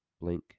blink